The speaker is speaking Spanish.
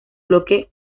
bloque